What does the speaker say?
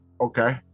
Okay